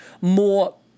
more